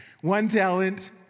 one-talent